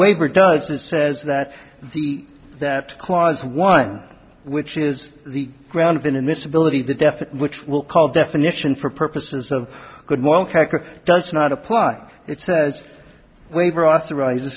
waiver does it says that the that clause one which is the ground been in this ability the death which will call definition for purposes of good moral character does not apply it says waiver authorizes